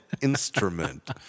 instrument